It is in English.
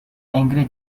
angry